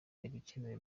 ibikenewe